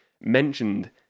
mentioned